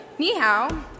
Anyhow